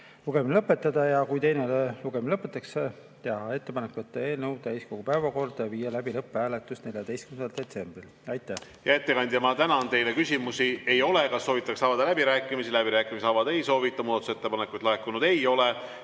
lugemine lõpetada ja kui teine lugemine lõpetatakse, teha ettepanek võtta eelnõu täiskogu päevakorda ja viia läbi lõpphääletus 14. detsembril. Aitäh! Hea ettekandja, ma tänan. Teile küsimusi ei ole. Kas soovitakse avada läbirääkimisi? Läbirääkimisi avada ei soovita. Muudatusettepanekuid laekunud ei ole